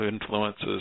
influences